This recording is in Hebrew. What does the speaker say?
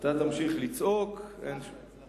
אתה תמשיך לצעוק, הצלחת.